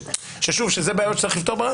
שזה בעיות שצריך לפתור.